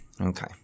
Okay